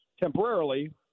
temporarily